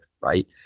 right